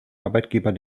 arbeitgeber